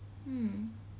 hmm